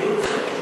לא אומרים את זה.